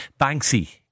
Banksy